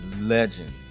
legends